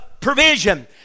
provision